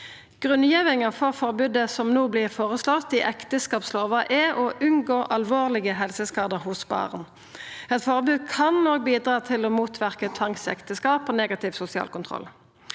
Grunngjevinga for forbodet som no vert føreslått i ekteskapslova, er å unngå alvorlege helseskadar hos barn. Eit forbod kan òg bidra til å motverka tvangsekteskap og negativ sosial kontroll.